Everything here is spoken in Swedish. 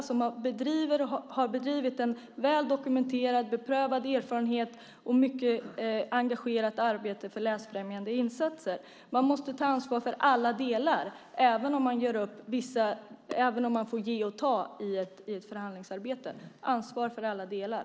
De har ju bedrivit och bedriver - detta är väl dokumenterat och en beprövad erfarenhet - ett mycket engagerat arbete för läsfrämjande insatser. Man måste ta ansvar för alla delar även om man får ge och ta i ett förhandlingsarbete, så ansvar för alla delar!